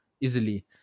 easily